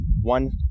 one